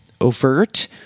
overt